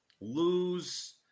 lose